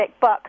book